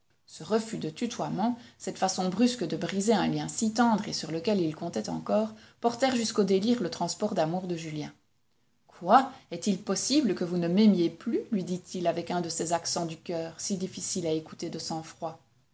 ce refus de tutoiement cette façon brusque de briser un lien si tendre et sur lequel il comptait encore portèrent jusqu'au délire le transport d'amour de julien quoi est-il possible que vous ne m'aimiez plus lui dit-il avec un de ces accents du coeur si difficiles à écouter de sang-froid